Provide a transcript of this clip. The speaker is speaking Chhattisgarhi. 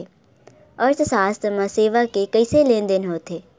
अर्थशास्त्र मा सेवा के कइसे लेनदेन होथे?